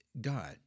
God